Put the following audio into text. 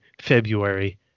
February